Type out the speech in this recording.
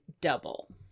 double